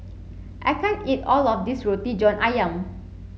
I can't eat all of this Roti John Ayam